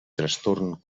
trastorn